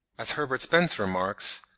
as herbert spencer remarks,